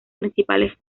principales